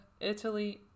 Italy